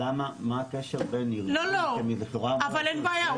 מה הקשר בין ארגון -- לא אבל אין בעיה,